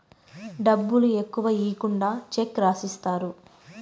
డబ్బులు ఎక్కువ ఈకుండా చెక్ రాసిత్తారు